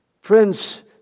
Friends